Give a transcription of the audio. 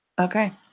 okay